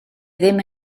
ddim